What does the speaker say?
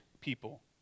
people